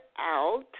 out